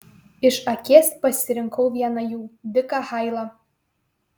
iš akies pasirinkau vieną jų diką hailą